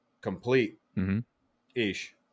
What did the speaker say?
Complete-ish